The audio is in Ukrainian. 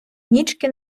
нічки